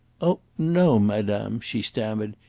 oh, no, madame! she stammered.